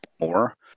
more